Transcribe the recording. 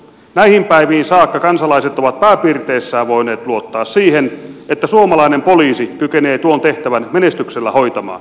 näihin päiviin saakka kansalaiset ovat pääasiassa voineet luottaa siihen että suomalainen poliisi kykenee tuon tehtävän menestyksellä hoitamaan